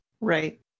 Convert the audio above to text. Right